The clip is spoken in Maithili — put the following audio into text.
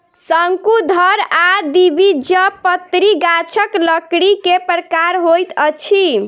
शंकुधर आ द्विबीजपत्री गाछक लकड़ी के प्रकार होइत अछि